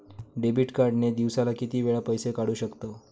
Debit card ने दिवसाला किती वेळा पैसे काढू शकतव?